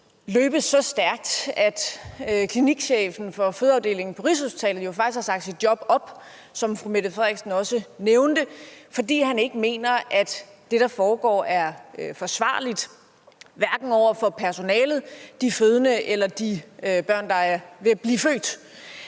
løbes så stærkt, at klinikchefen for fødeafdelingen på Rigshospitalet faktisk har sagt sit job op, fordi han, som fru Mette Frederiksen også nævnte, ikke mener, at det, der foregår, er forsvarligt, hverken over for personalet, de fødende eller de børn, der er ved at blive født.